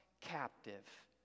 captive